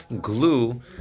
glue